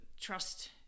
trust